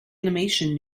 animation